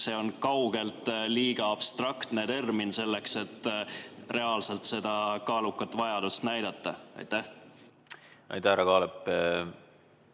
see on kaugelt liiga abstraktne termin selleks, et reaalselt seda kaalukat vajadust näidata. Aitäh, hea